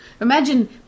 Imagine